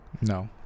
No